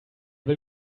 will